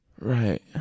right